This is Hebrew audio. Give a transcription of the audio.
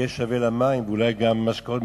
יהיה שווה למים, ואולי גם משקאות משכרים.